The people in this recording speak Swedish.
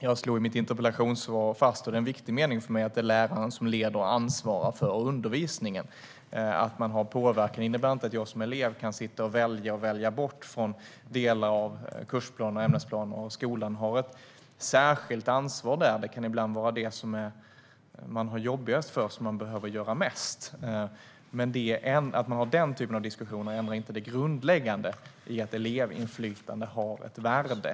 Jag slog i mitt interpellationssvar fast, och det är en viktig mening för mig, att det är läraren som leder och ansvarar för undervisningen. Att man kan påverka innebär inte att jag som elev kan sitta och välja eller välja bort delar av kursplanen och ämnesplanen. Skolan har ett särskilt ansvar. Det kan ibland vara det som man har jobbigast för som man behöver göra mest. Men den typen av diskussioner ändrar inte det grundläggande i att elevinflytande har ett värde.